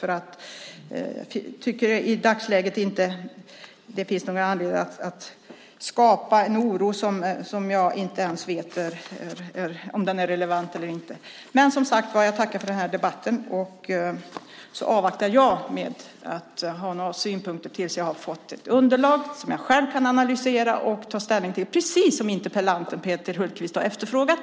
Jag tycker inte att det i dagsläget finns någon anledning att skapa en oro som jag inte ens vet om den är relevant eller inte. Jag tackar för den här debatten, och jag avvaktar med att ha några synpunkter tills jag har fått ett underlag som jag själv kan analysera och ta ställning till, precis som interpellanten Peter Hultqvist har efterfrågat.